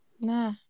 Nah